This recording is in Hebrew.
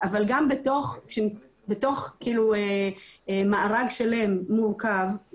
אבל בתוך מארג שלם מורכב,